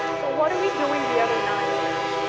so what are we doing the other nine years?